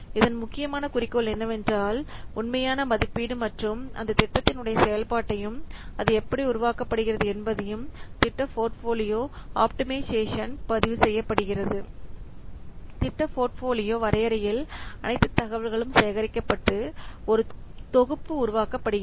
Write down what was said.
இதன் முக்கியமான குறிக்கோள் என்னவென்றால் உண்மையான மதிப்பீடு மற்றும் அந்த திட்டத்தின் உடைய செயல்பாட்டையும் அது எப்படி உருவாக்கப்படுகிறது என்பதையும் திட்ட போர்ட்போலியோ ஆப்டிமைசேஷன் பதிவு செய்யப்படுகிறது திட்ட போர்ட்ஃபோலியோ வரையறையில் அனைத்து தகவல்களும் சேகரிக்கப்பட்டு ஒரு தொகுப்பு உருவாக்கப்படுகிறது